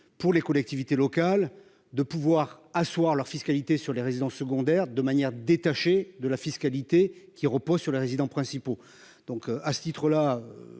pour les collectivités locales de pouvoir asseoir leur fiscalité sur les résidences secondaires de manière détachée de la fiscalité qui repose sur les résidents principaux donc à ce titre-là.